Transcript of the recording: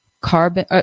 carbon